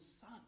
son